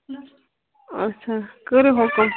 اَچھا کٔرِو حُکُم